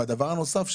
הדבר הנוסף,